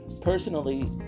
Personally